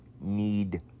need